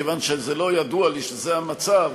מכיוון שלא ידוע לי שזה המצב,